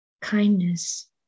kindness